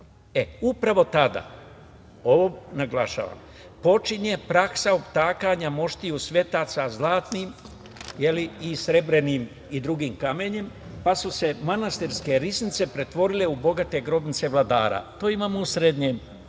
tada, ovo naglašavam, počinje praksa utakanja moštiju svetaca zlatnim i srebrnim i drugim kamenjem, pa su se manastirske riznice pretvorile u bogate grobnice vladara. To imamo u srednjem